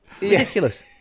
ridiculous